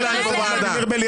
נפל.